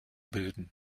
bilden